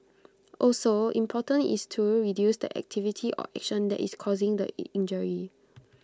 also important is to reduce the activity or action that is causing the injury